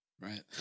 Right